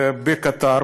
ובקטאר,